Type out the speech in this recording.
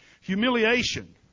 Humiliation